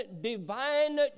divine